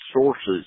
sources